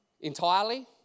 Entirely